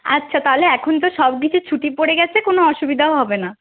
আচ্ছা তাহলে এখন তো সবকিছুর ছুটি পড়ে গেছে কোনো অসুবিধাও হবে না